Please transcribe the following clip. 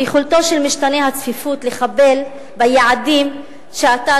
ביכולתו של משתנה הצפיפות לחבל ביעדים שאתה,